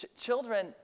Children